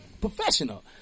Professional